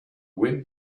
wind